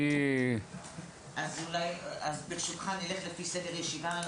אני אלי בירן,